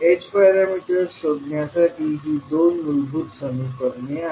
h parameters शोधण्यासाठी ही दोन मूलभूत समीकरणे आहेत